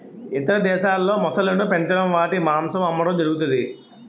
ఇతర దేశాల్లో మొసళ్ళను పెంచడం వాటి మాంసం అమ్మడం జరుగుతది